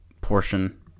portion